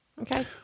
Okay